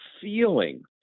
feeling